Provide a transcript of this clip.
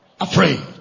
afraid